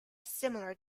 similar